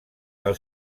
del